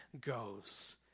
goes